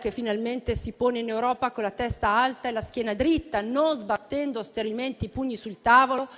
che finalmente si pone in Europa con la testa alta e la schiena dritta, non sbattendo sterilmente i pugni sul tavolo,